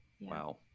Wow